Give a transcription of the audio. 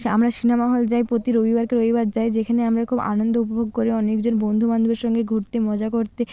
সে আমরা cinema hall যাই পোতি রবিবারকে রবিবার যাই যেখানে আমরা খুব আনন্দ উপভোগ করি অনেকজন বন্ধু বান্ধবের সঙ্গে ঘুরতে মজা করতে